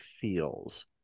feels